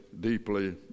deeply